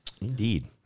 indeed